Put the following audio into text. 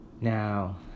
Now